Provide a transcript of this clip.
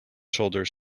shoulders